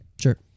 Sure